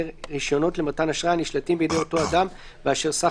רשיונות למתן אשראי הנשלטים בידי אותו אדם ואשר סך